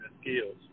skills